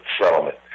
settlement